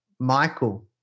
Michael